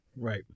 right